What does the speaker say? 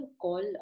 call